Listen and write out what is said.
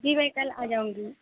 جی میں کل آ جاؤں گی